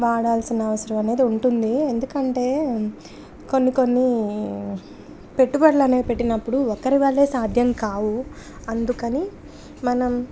వాడాల్సిన అవసరం అనేది ఉంటుంది ఎందుకంటే కొన్ని కొన్ని పెట్టుబడులనేవి పెట్టినప్పుడు ఒకరి వల్లె సాధ్యం కావు అందుకని మనం